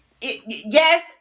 yes